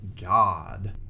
God